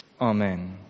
Amen